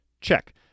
Check